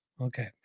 Okay